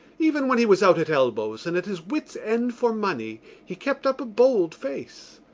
even when he was out at elbows and at his wits' end for money he kept up a bold face.